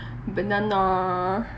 banana